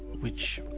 which